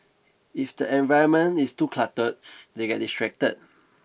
if the environment is too cluttered they get distracted